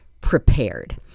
prepared